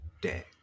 day